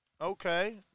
okay